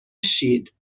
شید